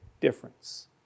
difference